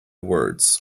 words